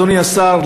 אדוני השר,